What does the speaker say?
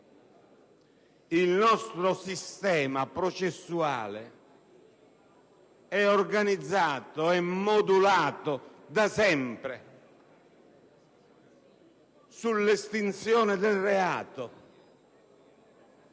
Il nostro sistema processuale è organizzato e modulato da sempre sull'estinzione del reato.